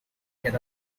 get